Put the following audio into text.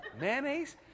Mayonnaise